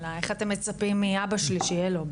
איך אתם מצפים מאבא שלי שיהיה לו,